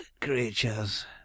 creatures